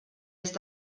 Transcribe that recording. oest